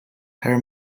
her